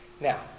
Now